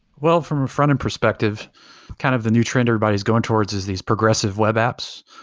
well, from a front-end perspective kind of the new trend everybody's going towards is these progressive web apps.